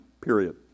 period